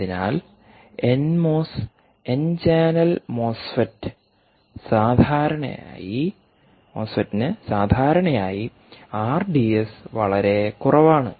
അതിനാൽ N MOS N channel മോസ്ഫെറ്റിന് സാധാരണയായി ആർഡിഎസ് വളരെ കുറവാണ്